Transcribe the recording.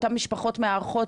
אותן משפחות מארחות,